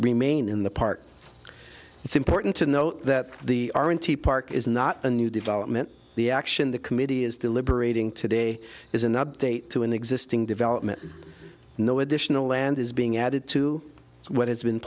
remain in the part it's important to note that the are in t park is not a new development the action the committee is deliberating today is an update to an existing development no additional land is being added to what has been